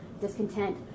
discontent